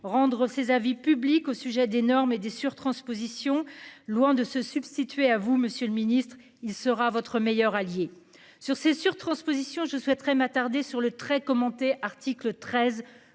rendre ses avis publics au sujet des normes et des surtranspositions. Loin de se substituer à vous Monsieur le Ministre. Il sera votre meilleur allié sur ces sur-surtransposition je souhaiterais m'attarder sur le très commentée article 13